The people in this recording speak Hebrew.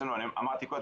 אני אמרתי קודם.